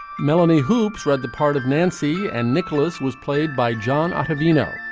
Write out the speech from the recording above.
melanie hoopes read the part of nancy and nicholas was played by john out of you know,